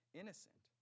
innocent